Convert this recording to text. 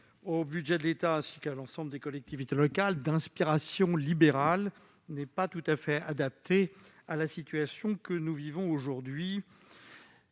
au budget de l'État, ainsi qu'à l'ensemble des collectivités locales, n'est pas tout à fait adaptée à la situation que nous vivons aujourd'hui.